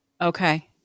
Okay